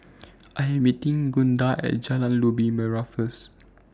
I Am meeting Gunda At Jalan Labu Merah First